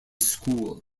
school